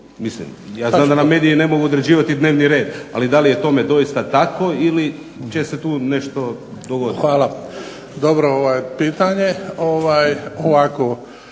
ja znam da nam mediji ne mogu određivati dnevni red ali da li je doista tako ili će se tu nešto dogoditi? **Bebić, Luka